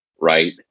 right